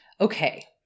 okay